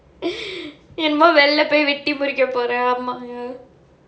என்னமோ வெளில போய் வெட்டி முறிக்க போறேன் ஆமா:ennamo velila poi vetti murikka poraen aamaa